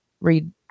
read